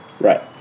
Right